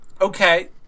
Okay